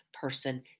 person